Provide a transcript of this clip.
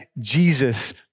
Jesus